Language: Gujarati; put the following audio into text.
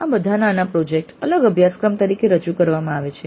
આ બધા નાના પ્રોજેક્ટ અલગ અભ્યાસક્રમ તરીકે રજૂ કરવામાં આવે છે